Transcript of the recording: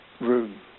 room